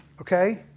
okay